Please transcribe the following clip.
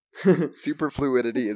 superfluidity